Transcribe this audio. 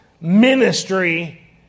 ministry